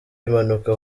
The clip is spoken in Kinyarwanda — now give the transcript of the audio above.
impanuka